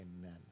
amen